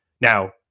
Now